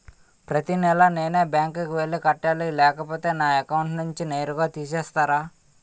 ప్రతి నెల నేనే బ్యాంక్ కి వెళ్లి కట్టాలి లేకపోతే నా అకౌంట్ నుంచి నేరుగా తీసేస్తర?